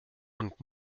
und